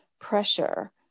pressure